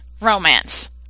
romance